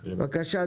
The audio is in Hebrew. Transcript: בבקשה.